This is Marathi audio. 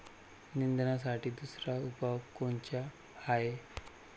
निंदनासाठी दुसरा उपाव कोनचा हाये?